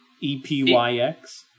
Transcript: E-P-Y-X